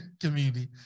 community